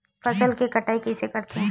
फसल के कटाई कइसे करथे?